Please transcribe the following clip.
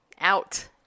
out